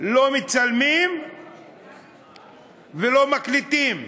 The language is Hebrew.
לא מצלמים ולא מקליטים.